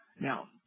Now